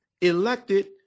elected